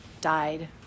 died